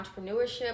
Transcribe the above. entrepreneurship